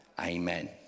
amen